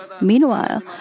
Meanwhile